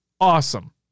awesome